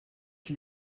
qui